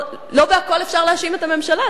לא בכול אפשר להאשים את הממשלה,